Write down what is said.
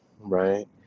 right